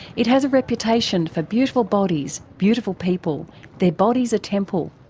it has a reputation for beautiful bodies, beautiful people their body's a temple.